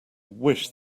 wish